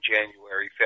January